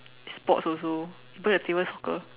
sports also even the table soccer